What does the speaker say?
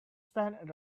stand